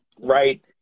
right